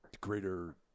greater